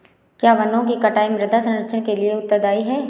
क्या वनों की कटाई मृदा क्षरण के लिए उत्तरदायी है?